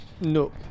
No